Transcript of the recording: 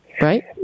right